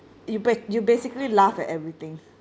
you ba~ you basically laugh at everything